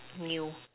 new